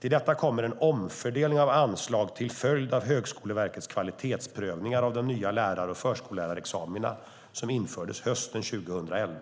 Till detta kommer en omfördelning av anslag till följd av Högskoleverkets kvalitetsprövningar av de nya lärar och förskollärarexamina som infördes hösten 2011.